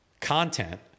content